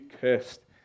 cursed